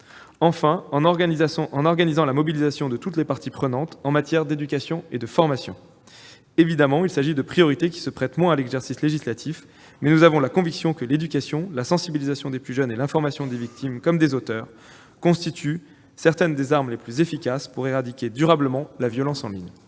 Enfin, la mobilisation de toutes les parties prenantes est organisée en matière d'éducation et d'information. Évidemment, il s'agit de priorités qui se prêtent moins à l'exercice législatif, mais nous avons la conviction que l'éducation, la sensibilisation des plus jeunes et l'information des victimes comme des auteurs constituent certaines des armes les plus efficaces pour éradiquer durablement la violence en ligne.